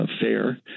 fair